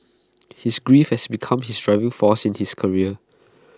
his grief had become his driving force in his career